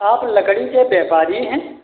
आप लकड़ी के व्यापारी हैं